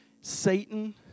Satan